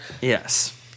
Yes